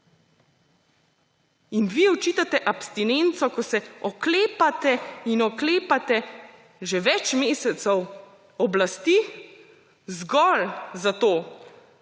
In vi očitate abstinenco, ko se oklepate in oklepate že več mesecev oblasti zgolj zato,